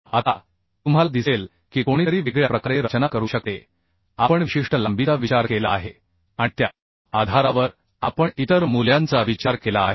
आता तुम्हाला दिसेल की कोणीतरी वेगळ्या प्रकारे रचना करू शकते आपण विशिष्ट लांबीचा विचार केला आहे आणि त्या आधारावर आपण इतर मूल्यांचा विचार केला आहे